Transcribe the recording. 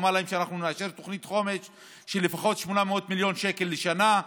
ואמר להם: אנחנו נאשר תוכנית חומש של לפחות 800 מיליון שקלים לשנה.